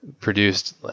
produced